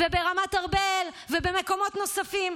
ברמת ארבל ובמקומות נוספים.